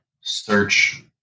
search